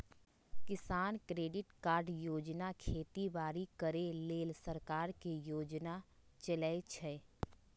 किसान credit card योजना खेती बाड़ी करे लेल सरकार के योजना चलै छै